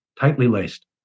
tightly-laced